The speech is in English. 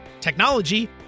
technology